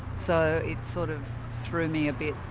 so it sort of threw me a bit